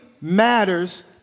matters